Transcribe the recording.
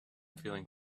feeling